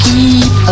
Keep